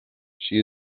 she